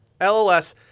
LLS